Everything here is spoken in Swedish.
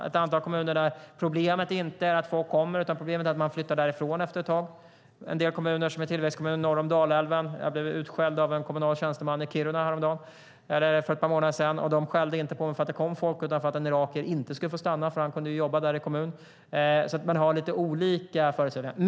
I ett antal kommuner är inte problemet att folk kommer, utan problemet är att de flyttar därifrån efter ett tag. Det gäller en del tillväxtkommuner norr om Dalälven. Jag blev utskälld av kommunala tjänstemän i Kiruna för ett par månader sedan, och de skällde inte på mig för att det kom folk utan för att en irakier inte skulle få stanna. Han kunde ju jobba där i kommunen. Man har lite olika förutsättningar.